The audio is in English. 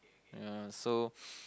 ya so